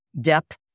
depth